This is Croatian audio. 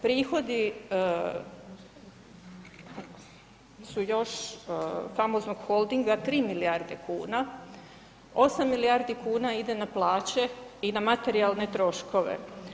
Prihodi su još famoznog holdinga još 3 milijarde kuna, 8 milijardi kuna ide na plaće i na materijalne troškove.